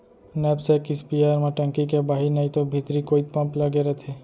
knapsack sprayer म टंकी के बाहिर नइतो भीतरी कोइत पम्प लगे रथे